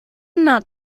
not